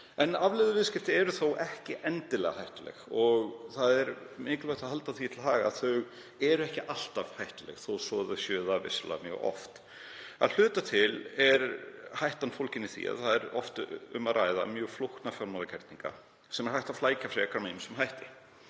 En afleiðuviðskipti eru þó ekki endilega hættuleg. Það er mikilvægt að halda því til haga að þau eru ekki alltaf hættuleg þó að þau séu það vissulega mjög oft. Að hluta til er hættan fólgin í því að oft er um að ræða mjög flókna fjármálagerninga sem hægt er að flækja enn frekar með ýmsum hætti.